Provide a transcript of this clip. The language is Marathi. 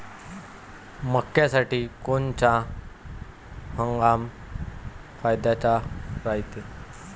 मक्क्यासाठी कोनचा हंगाम फायद्याचा रायते?